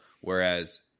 Whereas